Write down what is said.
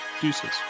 Deuces